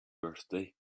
birthday